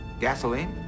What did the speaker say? Gasoline